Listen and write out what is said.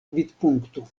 vidpunkto